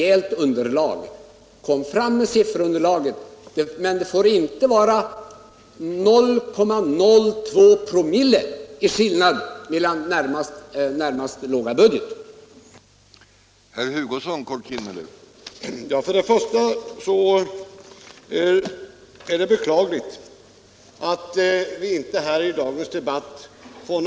Kom därför fram med sifferunderlaget — men det får inte vara endast 0,02 promille i skillnad mellan närmaste låga budget och årets.